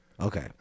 Okay